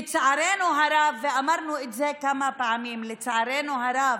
לצערנו הרב, ואמרנו את זה כמה פעמים, לצערנו הרב,